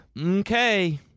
okay